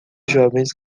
jovens